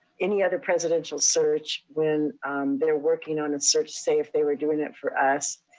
any other presidential search when they're working on a search, say, if they were doing it for us.